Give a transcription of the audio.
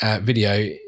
video